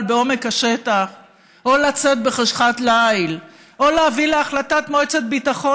בעומק השטח או לצאת בחשכת ליל או להביא להחלטת מועצת ביטחון